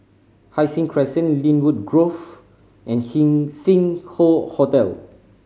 Hai Sing Crescent Lynwood Grove and Sing Hoe Hotel